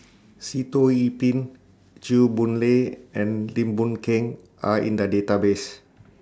Sitoh Yih Pin Chew Boon Lay and Lim Boon Keng Are in The Database